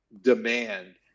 demand